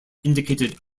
indicated